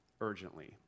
urgently